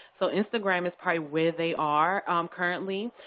so instagram is probably where they are um currently.